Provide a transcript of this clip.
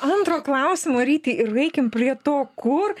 antro klausimo ryti ir eikim prie to kur